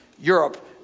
Europe